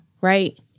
right